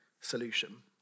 solution